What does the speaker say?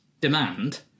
demand